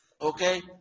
Okay